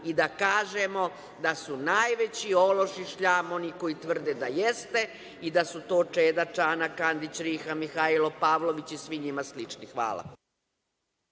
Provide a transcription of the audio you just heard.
i da kažemo da su najveći ološ i šljam oni koji tvrde da jeste i da su to Čeda, Čanak, Kandić, Riha, Mihajlo Pavlović i svi njima slični. Hvala.